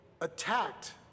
attacked